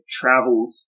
travels